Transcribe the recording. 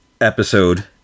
episode